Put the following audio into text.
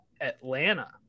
Atlanta